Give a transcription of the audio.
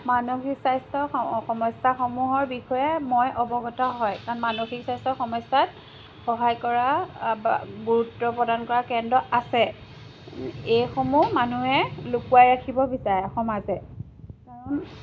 মানসিক স্বাস্থ্য সমস্যাসমূহৰ বিষয়ে মই অৱগত হয় কাৰণ মানসিক স্বাস্থ্য সমস্যাত সহায় কৰা বা গুৰুত্ব প্ৰদান কৰা কেন্দ্ৰ আছে এইসমূহ মানুহে লুকোৱাই ৰাখিব বিচাৰে সমাজে কাৰণ